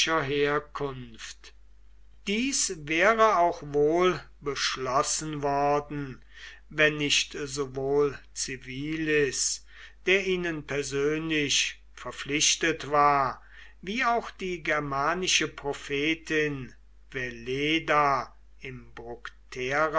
herkunft dies wäre auch wohl beschlossen worden wenn nicht sowohl civilis der ihnen persönlich verpflichtet war wie auch die germanische prophetin veleda im